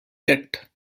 get